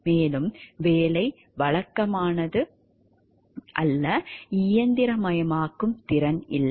மேலும் வேலை வழக்கமானது அல்ல இயந்திரமயமாக்கும் திறன் இல்லை